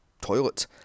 toilet